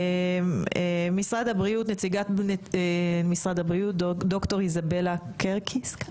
נציגת משרד הבריאות, ד"ר איזבלה קרקיס.